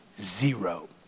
Zero